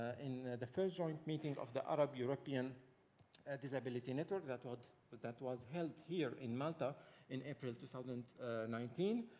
ah in the first joint meeting of the arab-european disability network, that ah but but that was held here in malta in april two thousand and nineteen.